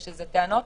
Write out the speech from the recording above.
אלא שזה טענות